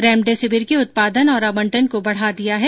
remdesivir के उत्पादन और आवंटन को बढ़ा दिया है